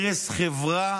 הרס חברה